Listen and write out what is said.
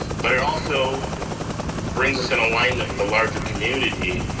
but it also brings us in alignment with a larger community.